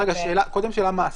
קודם שאלה מעשית: